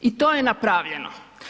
I to je napravljeno.